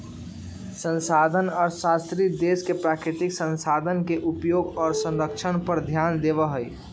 संसाधन अर्थशास्त्री देश के प्राकृतिक संसाधन के उपयोग और संरक्षण पर ध्यान देवा हई